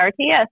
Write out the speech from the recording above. RTS